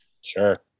Sure